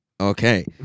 Okay